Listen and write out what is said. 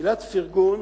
מילת פרגון